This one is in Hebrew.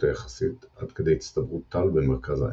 היחסית עד כדי הצטברות טל במרכז העמק.